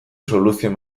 soluzioa